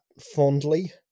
fondly